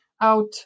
out